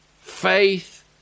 Faith